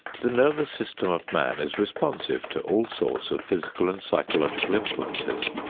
the nervous system of man is responsive to all sorts of physical and psychological influences,